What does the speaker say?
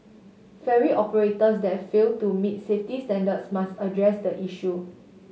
ferry operators that fail to meet safety standards must address the issue